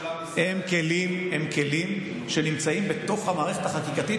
הם כלים שנמצאים בתוך המערכת החקיקתית